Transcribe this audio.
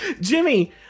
jimmy